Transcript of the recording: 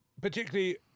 particularly